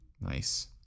Nice